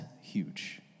huge